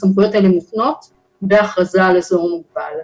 הסמכויות האלה מותנות בהכרזה על אזור מוגבל.